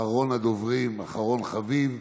אחרון הדוברים, אחרון חביב,